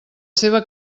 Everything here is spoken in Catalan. seva